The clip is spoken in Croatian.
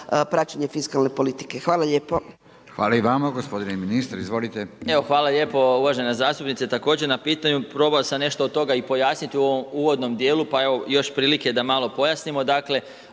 praćenje fiskalne politike. Hvala lijepo. **Radin, Furio (Nezavisni)** Hvala i vama. Gospodine ministre, izvolite. **Marić, Zdravko** Evo, hvala lijepo uvažena zastupnice također na pitanju. Probao sam nešto od toga i pojasniti u ovom uvodnom dijelu, pa evo još prilike da malo pojasnimo.